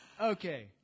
Okay